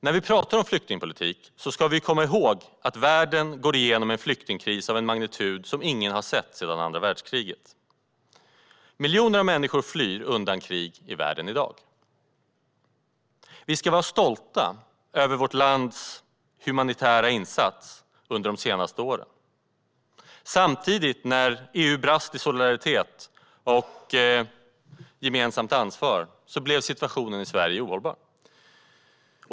När vi talar om flyktingpolitik ska vi komma ihåg att världen går igenom en flyktingkris av en magnitud som ingen sett sedan andra världskriget. Miljoner människor flyr undan krig i världen i dag. Vi ska vara stolta över vårt lands humanitära insats under de senaste åren. Samtidigt blev situationen i Sverige ohållbar när EU brast i solidaritet och gemensamt ansvar.